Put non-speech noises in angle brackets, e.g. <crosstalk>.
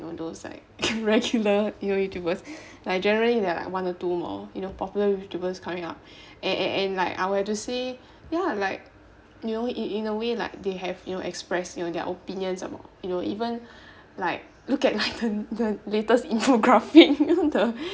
you know those like <noise> regular youtubers like generally there are like one or two more you know popular youtubers coming up <breath> an~ and and like I were to say ya like you know in in a way like they have you know express you know their opinions some more you know and even like look at like the the latest infographic <laughs>